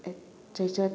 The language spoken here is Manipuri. ꯆꯩꯆꯠ